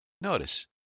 Notice